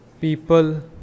people